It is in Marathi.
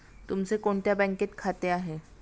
तुमचे कोणत्या बँकेत खाते आहे?